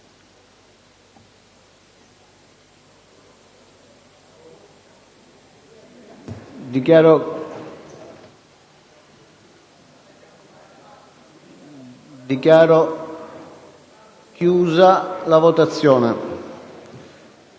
Dichiaro aperta la votazione.